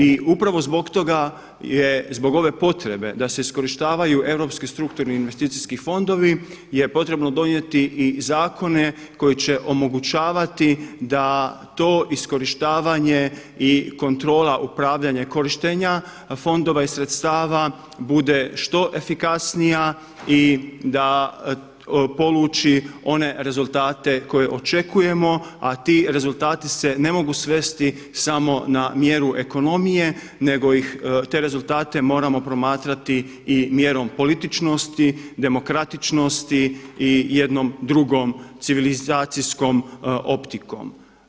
I upravo zbog ove potrebe da se iskorištavaju europski strukturni investicijski fondovi je potrebno donijeti i zakone koji će omogućavati da to iskorištavanje i kontrola upravljanja korištenja fondova i sredstava bude što efikasnija i da poluči one rezultate koje očekujemo, a ti rezultati se ne mogu svesti samo na mjeru ekonomije nego te rezultate moramo promatrati i mjerom političnosti, demokratičnosti i jednom drugom civilizacijskom optikom.